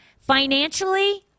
Financially